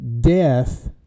death